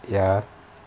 ya